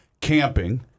camping—